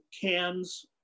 cans